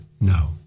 no